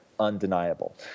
undeniable